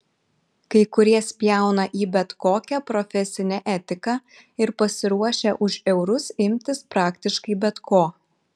kai kurie spjauna į bet kokią profesinę etiką ir pasiruošę už eurus imtis praktiškai bet ko